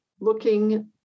looking